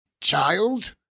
Child